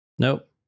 Nope